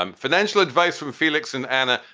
um financial advice from felix and anna,